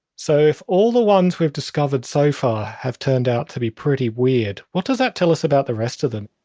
so if all the ones we've discovered so far have turned out to be weird, what does that tell us about the rest of them?